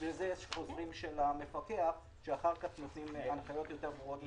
בשביל זה יש חוזרים של המפקח שנותנים הנחיות יותר ברורות.